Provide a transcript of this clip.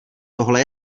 tohle